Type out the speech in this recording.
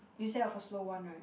instead of a slow one right